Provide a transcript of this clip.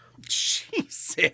Jesus